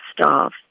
staff